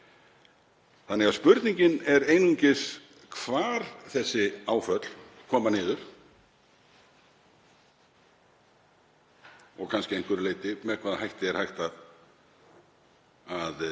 Þannig að spurningin er einungis hvar þessi áföll koma niður og kannski að einhverju leyti með hvaða hætti hægt er